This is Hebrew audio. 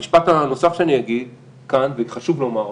המשפט הנוסף שאני אגיד כאן וחשוב לומר אותו: